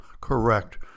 correct